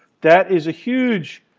that is a huge,